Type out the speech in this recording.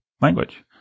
language